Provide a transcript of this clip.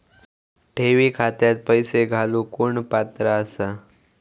ठेवी खात्यात पैसे घालूक कोण पात्र आसा?